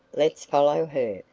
let's follow her.